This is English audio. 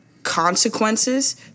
Consequences